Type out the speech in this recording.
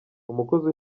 umukozi